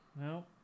no